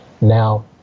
Now